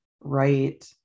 Right